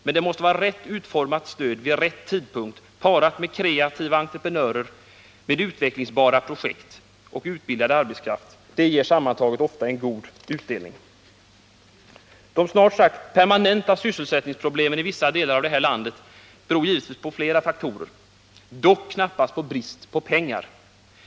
Men det måste till rätt utformat stöd vid rätt tidpunkt, parat med kreativa entreprenörer, med utvecklingsbara projekt och med utbildad arbetskraft. Detta ger sammantaget ofta en utomordentligt god utbildning. De snart sagt permanenta sysselsättningsproblemen i vissa delar av landet beror givetvis på flera faktorer — dock knappast brist på pengar.